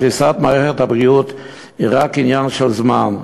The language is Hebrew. קריסת מערכת הבריאות היא רק עניין של זמן.